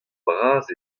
bras